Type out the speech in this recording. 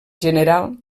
general